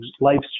life's